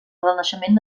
renaixement